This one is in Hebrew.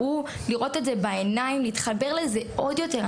לראות את זה בעיניים, להתחבר לזה עוד יותר.